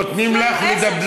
נותנים לך לדבר.